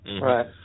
Right